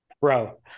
Bro